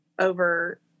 over